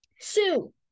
sue